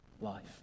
life